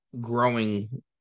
growing